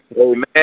Amen